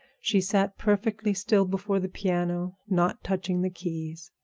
she sat perfectly still before the piano, not touching the keys,